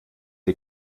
die